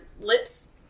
lips